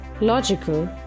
logical